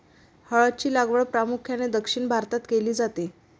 हळद ची लागवड प्रामुख्याने दक्षिण भारतात केली जाते